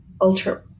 ultra